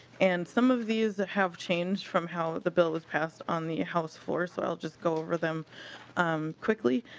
and some of these that have changed from how the bill was passed on the house floor so i'll just go over them um quickly.